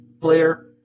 player